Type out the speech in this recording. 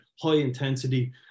high-intensity